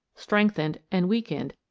strengthened, and weakened,